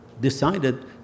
decided